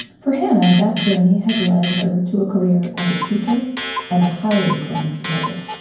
for hannah, that journey has led her to a career as a teacher and a highly acclaimed writer.